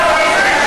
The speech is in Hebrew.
אתה האחרון.